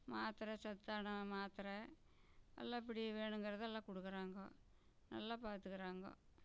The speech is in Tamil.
மாத்திரை சத்தான மாத்திரை எல்லா இப்படி வேணுங்கிறத எல்லா குடுக்குறாங்க நல்லா பாத்துக்குறாங்க